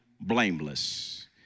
blameless